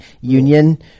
union